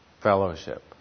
fellowship